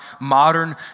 modern